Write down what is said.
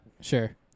Sure